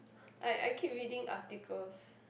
I I keep reading articles